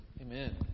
Amen